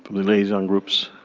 the liaison groups?